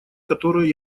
которое